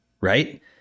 right